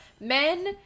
men